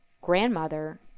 grandmother